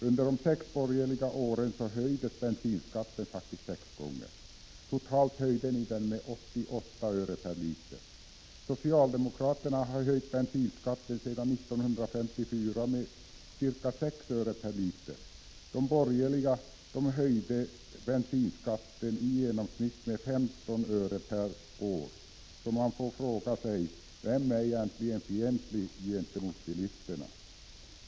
Under de sex borgerliga åren höjdes bensinskatten faktiskt sex gånger. Totalt höjde ni den med 88 öre per liter. Socialdemokraterna har höjt bensinskatten sedan 1954 med ca 6 öre per liter. De borgerliga höjde bensinskatten i genomsnitt med 15 öre per år. Så man får fråga sig: Vem är egentligen fientlig gentemot bilisterna?